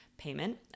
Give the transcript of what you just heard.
payment